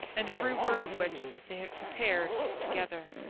and every word of which they had prepared together.